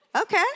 Okay